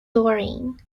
doreen